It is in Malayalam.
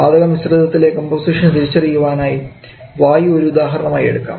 വാതക മിശ്രിതത്തിലെ കമ്പോസിഷൻ തിരിച്ചറിയുവാനായി വായു ഒരു ഉദാഹരണമായി എടുക്കാം